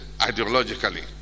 ideologically